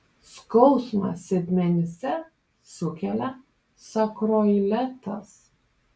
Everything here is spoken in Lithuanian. skausmą sėdmenyse sukelia sakroileitas